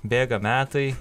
bėga metai